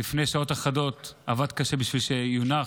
לפני שעות אחדות, עבד קשה בשביל שיונח